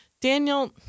Daniel